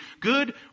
good